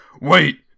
wait